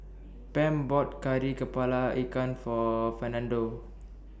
Pam bought Kari Kepala Ikan For Fernando